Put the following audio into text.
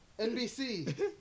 NBC